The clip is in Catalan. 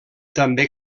també